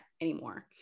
anymore